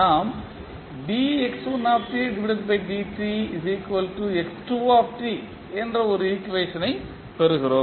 நாம் என்ற ஒரு ஈக்குவேஷனை பெறுகிறோம்